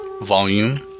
volume